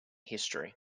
history